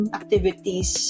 activities